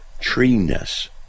treeness